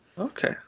okay